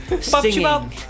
singing